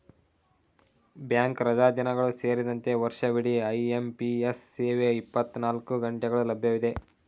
bank ರಜಾದಿನಗಳು ಸೇರಿದಂತೆ ವರ್ಷವಿಡಿ ಐ.ಎಂ.ಪಿ.ಎಸ್ ಸೇವೆ ಇಪ್ಪತ್ತನಾಲ್ಕು ಗಂಟೆಗಳು ಲಭ್ಯವಿದೆ